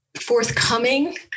forthcoming